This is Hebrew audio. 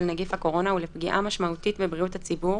נגיף הקורונה ולפגיעה משמעותית בבריאות הציבור